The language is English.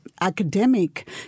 academic